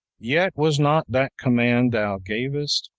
yet was not that command thou gavest,